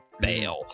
bail